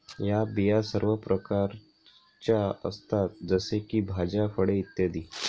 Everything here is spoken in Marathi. या बिया सर्व प्रकारच्या असतात जसे की भाज्या, फळे इ